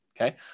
Okay